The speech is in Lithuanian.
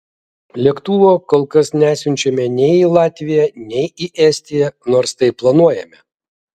lėktuvo kol kas nesiunčiame nei į latviją nei į estiją nors tai planuojame